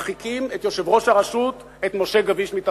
מרחיקים את יושב-ראש הרשות, את משה גביש, מתפקידו.